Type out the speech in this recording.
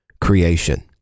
creation